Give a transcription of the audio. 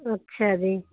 ਅੱਛਾ ਜੀ